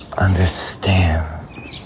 understand